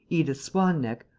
edith swan-neck,